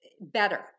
better